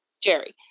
Jerry